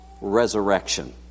resurrection